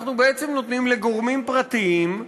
אנחנו בעצם נותנים לגורמים פרטיים,